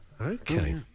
Okay